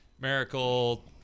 Miracle